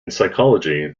psychology